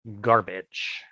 garbage